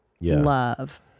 love